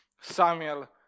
Samuel